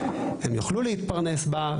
הם יוכלו להתפרנס בה,